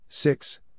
Six